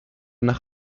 nach